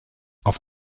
auf